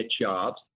jobs